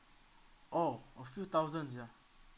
oh a few thousands ya